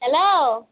hello